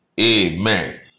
Amen